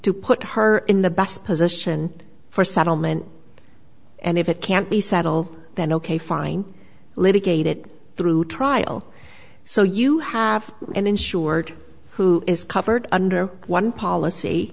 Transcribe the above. to put her in the best position for settlement and if it can't be settled then ok fine litigated through trial so you have an insured who is covered under one policy